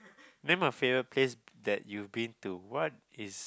name my favourite place that you've been to what is